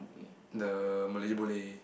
the Malaysia Boleh